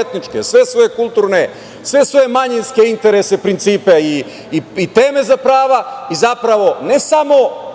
etničke, kulturne, manjinske interese, principe i teme za prava i zapravo, ne samo